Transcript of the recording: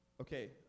Okay